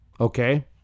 okay